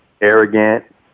arrogant